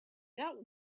that